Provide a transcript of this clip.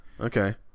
okay